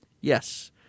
Yes